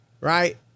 right